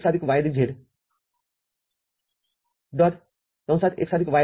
x z y' x y z